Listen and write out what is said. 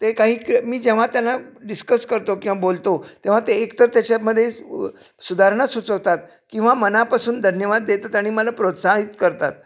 ते काही क मी जेव्हा त्यांना डिस्कस करतो किंवा बोलतो तेव्हा ते एक तर त्याच्यामध्ये उ सुधारणा सुचवतात किंवा मनापासून धन्यवाद देतात आणि मला प्रोत्साहित करतात